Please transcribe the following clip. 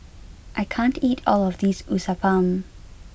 I can't eat all of this Uthapam